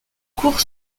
cours